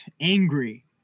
angry